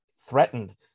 threatened